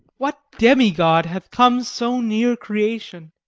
what demi-god hath come so near creation?